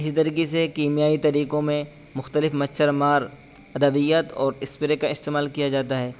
اسی طریقے سے کیمیائی طریقوں میں مختلف مچھر مار ادویات اور اسپرے کا استعمال کیا جاتا ہے